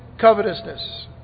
covetousness